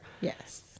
Yes